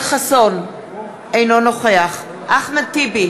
אינו נוכח אחמד טיבי,